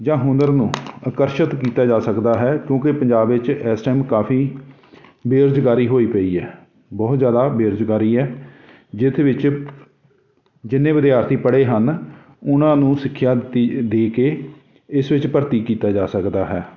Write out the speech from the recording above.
ਜਾਂ ਹੁਨਰ ਨੂੰ ਆਕਰਸ਼ਿਤ ਕੀਤਾ ਜਾ ਸਕਦਾ ਹੈ ਕਿਉਂਕਿ ਪੰਜਾਬ ਵਿੱਚ ਇਸ ਟਾਈਮ ਕਾਫੀ ਬੇਰੁਜ਼ਗਾਰੀ ਹੋਈ ਪਈ ਹੈ ਬਹੁਤ ਜ਼ਿਆਦਾ ਬੇਰੁਜ਼ਗਾਰੀ ਹੈ ਜਿਸ ਵਿੱਚ ਜਿੰਨੇ ਵਿਦਿਆਰਥੀ ਪੜ੍ਹੇ ਹਨ ਉਹਨਾਂ ਨੂੰ ਸਿੱਖਿਆ ਦਿੱਤੀ ਦੇ ਕੇ ਇਸ ਵਿੱਚ ਭਰਤੀ ਕੀਤਾ ਜਾ ਸਕਦਾ ਹੈ